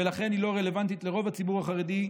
ולכן היא לא רלוונטית לרוב הציבור החרדי,